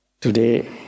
today